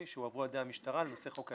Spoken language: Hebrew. שהועברו על-ידי המשטרה לנושא חוק היישום.